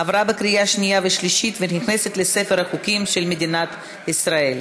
עברה בקריאה השנייה והשלישית ונכנסת לספר החוקים של מדינת ישראל.